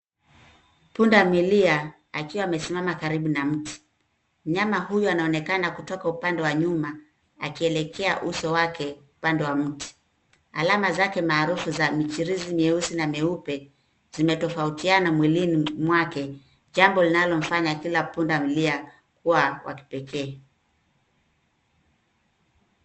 Punda milia akiwa amesimama karibu na mti. Mnyama huyu anaonekana kutoka upande wa nyuma, akielekea uso wake upande wa mti. Alama zake maarufu za michirizi mieusi na meupe zimetofautiana mwili wake, jambo linalomfanya kila punda milia kuwa wa kipekee.